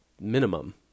minimum